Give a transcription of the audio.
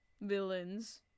villains